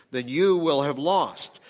then you will have lost.